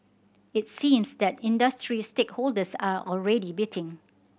it seems that industry stakeholders are already biting